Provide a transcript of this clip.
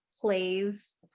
plays